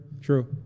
True